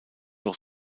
auch